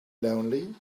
lonely